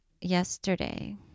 yesterday